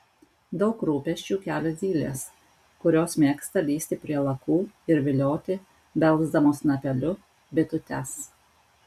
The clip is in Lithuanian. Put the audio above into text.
daug rūpesčių kelia zylės kurios mėgsta lįsti prie lakų ir vilioti belsdamos snapeliu bitutes